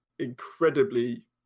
incredibly